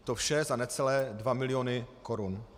To vše za necelé dva miliony korun.